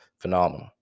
phenomenal